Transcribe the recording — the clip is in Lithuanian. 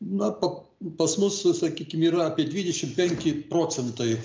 na pa pas mus sakykim yra apie dvidešim penki procentai